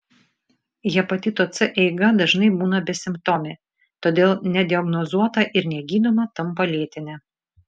hepatito c eiga dažnai būna besimptomė todėl nediagnozuota ir negydoma tampa lėtine